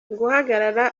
guhagarara